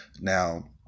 Now